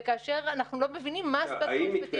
וכאשר אנחנו לא מבינים מה הסטטוס המשפטי האפשרי.